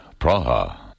Praha